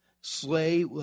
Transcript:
slay